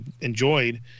enjoyed –